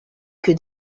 que